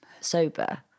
sober